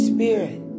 Spirit